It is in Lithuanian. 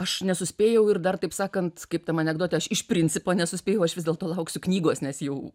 aš nesuspėjau ir dar taip sakant kaip tam anekdote aš iš principo nesuspėjau aš vis dėlto lauksiu knygos nes jau